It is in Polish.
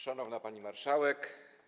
Szanowna Pani Marszałek!